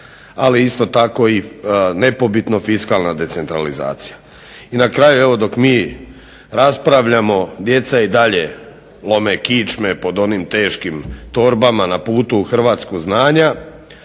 ali isto tako i nepobitno fiskalna decentralizacija. I na kraju evo dok mi raspravljamo djeca i dalje lome kičme pod onim teškim torbama na putu u Hrvatsku znanja